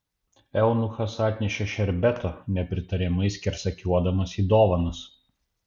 eunuchas atnešė šerbeto nepritariamai skersakiuodamas į dovanas